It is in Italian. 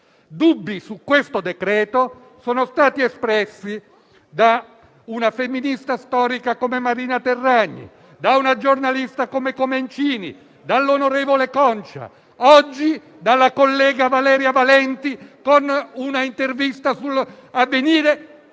Dubbi su questo disegno di legge sono stati espressi da una femminista storica come Marina Terragni, da una giornalista come Comencini, dall'onorevole Concia e oggi dalla collega Valeria Valente in un'intervista su «Avvenire»,